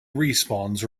respawns